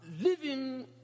living